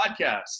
Podcast